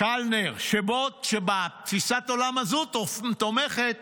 ובתפיסת העולם הזו תומכת